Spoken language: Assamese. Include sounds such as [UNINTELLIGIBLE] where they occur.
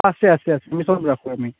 আছে আছে আছে তুমি চব [UNINTELLIGIBLE] তুমি